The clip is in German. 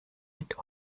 mit